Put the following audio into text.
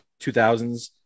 2000s